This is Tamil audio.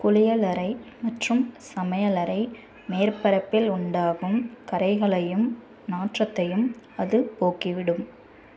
குளியலறை மற்றும் சமையலறை மேற்பரப்பில் உண்டாகும் கறைகளையும் நாற்றத்தையும் அது போக்கிவிடும்